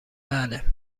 بله